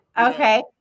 okay